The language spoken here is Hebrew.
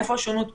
איפה השונות פה?